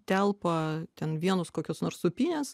telpa ten vienus kokios nors sūpynės